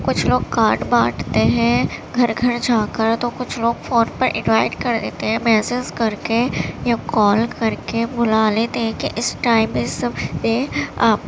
کچھ لوگ کارڈ بانٹتے ہیں گھر گھر جا کر تو کچھ لوگ فون پر انوائٹ کر دیتے ہیں میسیج کر کے یا کال کر کے بلا لیتے ہیں کہ اس ٹائم پہ سب پہ آپ